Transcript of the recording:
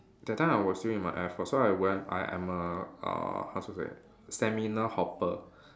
that time I was still in my air force so I went I am a uh how to say seminar hopper